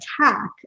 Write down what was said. attack